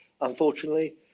unfortunately